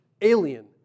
alien